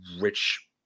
rich